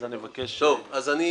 אז אני אבקש --- רק שנייה,